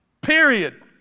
Period